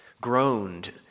Groaned